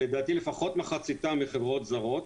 לדעתי, לפחות מחציתם מחברות זרות.